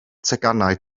teganau